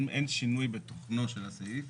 אין שינוי בתוכנו של הסעיף.